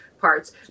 parts